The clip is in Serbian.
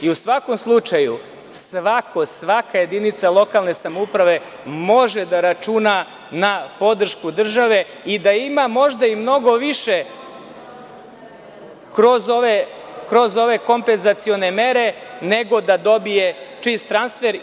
U svakom slučaju, svako, svaka jedinica lokalne samouprave može da računa na podršku države i da ima možda i mnogo više kroz ove kompenzacione mere, nego da dobije čist transfer.